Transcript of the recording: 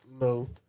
No